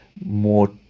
more